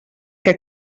què